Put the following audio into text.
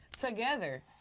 together